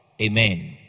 Amen